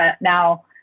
now